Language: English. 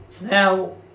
now